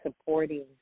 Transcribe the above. supporting